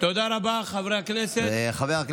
תודה רבה, חברי הכנסת.